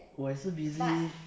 我也是 busy